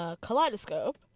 Kaleidoscope